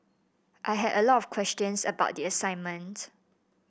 I had a lot of questions about the assignment